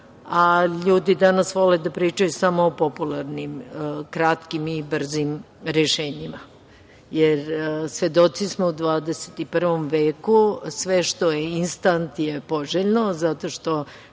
a ljudi danas vole da pričaju samo o popularnim, kratkim i brzim rešenjima, jer svedoci smo u XXI veku da sve što je istant je poželjno zato što